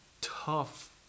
tough